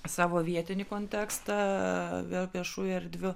savo vietinį kontekstą vie viešųjų erdvių